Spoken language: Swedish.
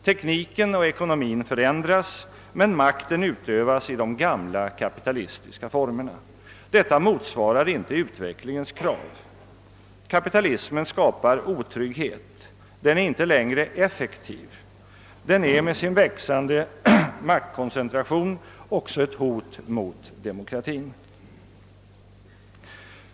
Tekniken och ekonomin förändras, men makten utövas i de gamla kapitalistiska formerna. Detta motsvarar inte utvecklingens krav. Kapitalismen skapar otrygghet. Den är inte längre effektiv. Den är med sin växande maktkoncentration också ett hot mot demokratin.